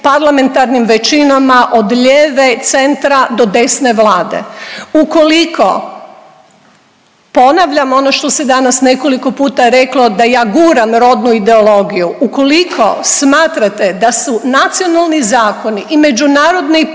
parlamentarnim većinama od lijeve, centra do desne Vlade. Ukoliko ponavljam ono što se danas nekoliko puta reklo da ja guram rodnu ideologiju. Ukoliko smatrate da su nacionalni zakoni i međunarodni propisi